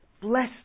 Bless